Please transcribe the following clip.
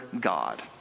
God